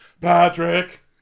Patrick